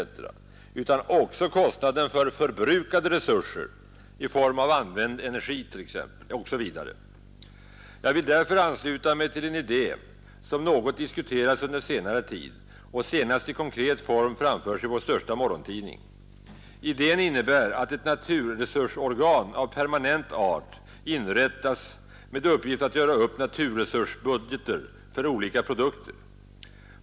utan också kostnaden för förbrukade resurser i form av använd energi osv. Jag vill därför ansluta mig till en idé som något diskuterats under senare tid och senast i konkret form framförts i vår största morgontidning. Idén innebär att ett naturresursorgan av permanent art inrättas med uppgift att göra upp naturresursbudgeter för olika produkter.